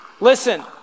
Listen